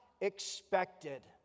expected